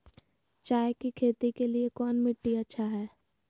चाय की खेती के लिए कौन मिट्टी अच्छा हाय?